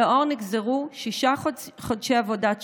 על לאור נגזרו שישה חודשי עבודות שירות,